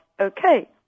okay